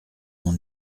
mon